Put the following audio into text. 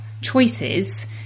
choices